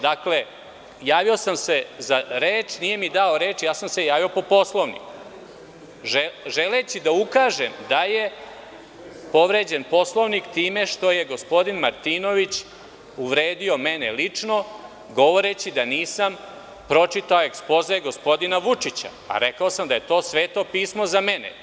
Dakle, javio sam se za reč, nisam dobio reč i ja sam se javio po Poslovniku, želeći da ukažem da je povređen Poslovnik time što je gospodine Martinović uvredio mene lično govoreći da nisam pročitao ekspoze gospodina Vučića, a rekao sam da je to sveto pismo za mene.